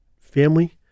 Family